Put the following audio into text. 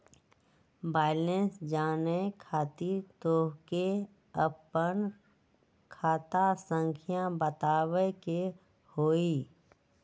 Balance जाने खातिर तोह के आपन खाता संख्या बतावे के होइ?